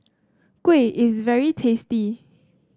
kuih is very tasty